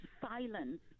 silence